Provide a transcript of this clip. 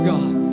God